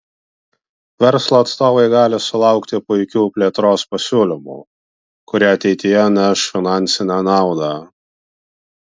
verslo atstovai gali sulaukti puikių plėtros pasiūlymų kurie ateityje neš finansinę naudą